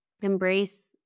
embrace